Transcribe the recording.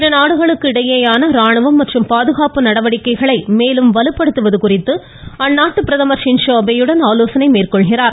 இருநாடுகளுக்கு இடையேயான ராணுவம் மற்றும் பாதுகாப்பு நடவடிக்கைகளை மேலும் வலுப்படுத்துவது குறித்து அந்நாட்டு பிரதமா ஷின்ஸோ அபேயுடன் ஆலோசனை மேற்கொள்கிறார்